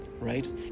right